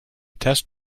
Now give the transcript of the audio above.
test